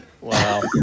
Wow